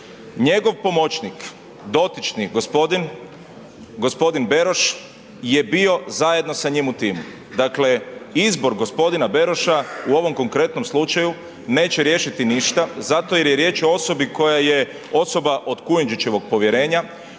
Njegov pomoćnik dotični gospodin, gospodin Beroš je bio zajedno sa njim u timu, dakle izbor gospodina Beroša u ovom konkretnom slučaju neće riješiti ništa zato jer je riječ o osobi koja je osoba od Kujundžićevog povjerenja,